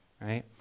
right